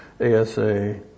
ASA